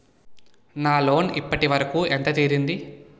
నా లోన్ ఇప్పటి వరకూ ఎంత తీరింది?